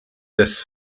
des